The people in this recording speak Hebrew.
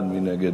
מי נגד?